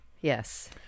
Yes